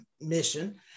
mission